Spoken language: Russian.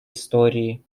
истории